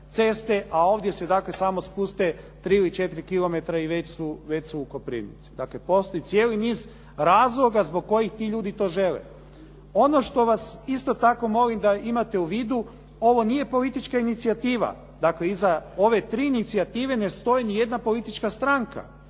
ceste, a ovdje se dakle samo spuste 3 ili 4 km i već su u Koprivnici. Dakle, postoji cijeli niz razloga zbog kojih ti ljudi to žele. Ono što vas isto tako molim da imate u vidu, ovo nije politička inicijativa. Dakle, iza ove tri inicijative ne stoji nijedna politička stranka.